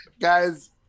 Guys